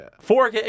Four